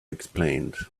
explained